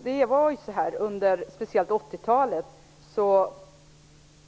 Fru talman! Jo, rätt signaler är viktigt. Under 80 talet